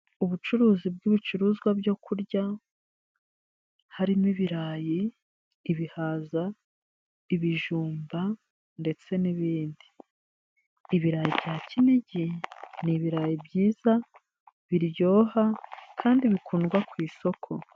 Ubucuruzi bw'ibicuruzwa byo kurya harimo ibirayi, ibihaza, ibijumba ndetse n'ibindi. Ibirayi bya kinigi ni ibirayi byiza biryoha kandi bikundwa ku isoko.